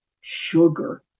sugar